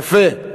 יפה.